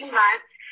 months